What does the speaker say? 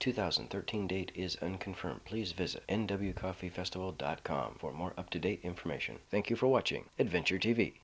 two thousand and thirteen date is and confirm please visit n w coffee festival dot com for more up to date information thank you for watching adventure t